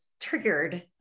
triggered